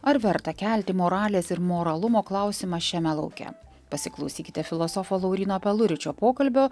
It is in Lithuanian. ar verta kelti moralės ir moralumo klausimą šiame lauke pasiklausykite filosofo lauryno peluričio pokalbio